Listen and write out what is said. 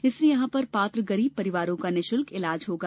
इससे यहां पर पात्र गरीब परिवारों का निशुल्क इलाज होगा